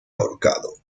ahorcado